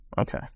Okay